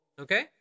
Okay